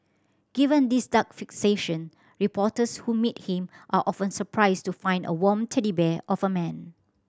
given these dark fixations reporters who meet him are often surprised to find a warm teddy bear of a man